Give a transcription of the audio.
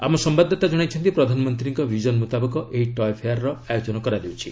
ଆମ ସମ୍ଭାଦଦାତା ଜଣାଇଛନ୍ତି ପ୍ରଧାନମନ୍ତ୍ରୀଙ୍କ ବିଜନ ମ୍ରତାବକ ଏହି ଟୟେ ଫେୟାର୍ର ଆୟୋଜନ କରାଯାଉଛି